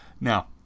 Now